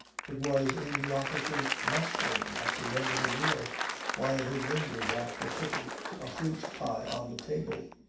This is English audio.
it was in the officers' mess-room at the end of a meal while he lingered after putting a fruit pie on the table.